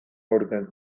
aurten